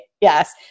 Yes